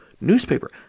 Newspaper